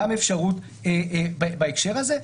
גם אפשרות בהקשר הזה.